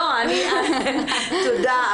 תודה,